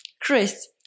Chris